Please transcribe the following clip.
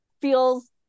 feels